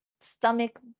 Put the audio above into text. stomach